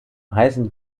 heißen